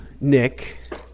Nick